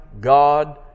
God